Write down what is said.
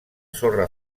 sorra